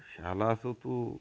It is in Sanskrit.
शालासु तु